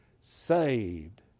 saved